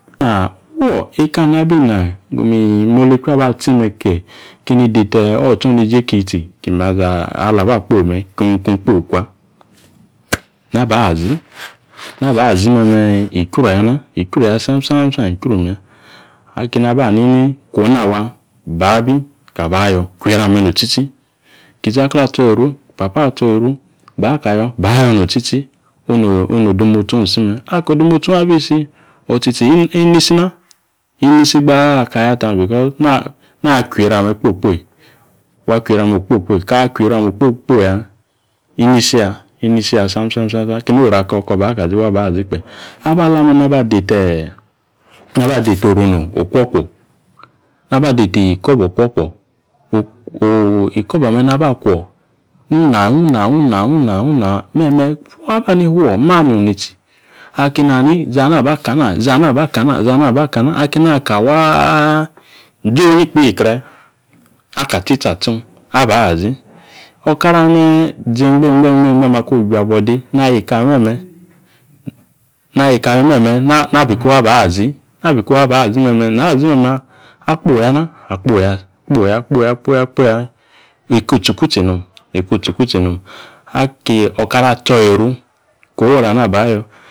Na fuo ekani abina mi molechu aba tsime kie kini deta otsoneje kitsi kina ga alaba akpoyi me̱ kung kpoyi kwa. Naba zi, naba zi me̱me̱ ichwru ya ichwru sam sam sam ichwru omuya. Akeni aba hanini ichwona wa ibaabi kaba ayo, kwieru ame̱ notsitsi. Ki izakike atso yieru, papo̱o̱ atso yieru baka yo, ba ayo notsitsi onodemotsi ong si me̱. Aki odemotsi ong abi si inisi na inisi gbaa aka ayata because na akwieru ame̱ okpoyi okpoyi. Wa kwieru ame okpoyo kpoyi ka kwieru ame okpoyi kpoyi ya inisi ya inisi ya sam sam sam sam. Kini oru ako ko baka zi waba zi kpe. Abalame̱ na ba adeta iko̱bo̱ okwo kwo iko̱bo̱ ame naba akwo me̱me̱ maba ani fuo, manung ni tsi. Aki naha ni izi ana baka na izi ana baka na izina baka, na akeni aka waa izi, izionyi kpe ikre aka tsitso atsung aba zi. Okara anung ziengba ngba ngba ngba makwo ojwabuode na yeka ame̱ me̱me̱, na yeka ame̱ me̱me̱ nabi iko̱bo aba azi na bi iko̱bo̱ aba zi me̱me̱ na zi me̱me̱ akpoyi yana akpoyi ya akpoya akpoya kpoya. Eka otsikutsi nom eka otsikutsi nom. Ako okara atso yieru ko̱ woru ana bayo.